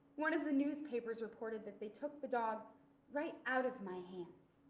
one of the newspapers reported that they took the dog right out of my hands.